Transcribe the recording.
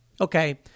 Okay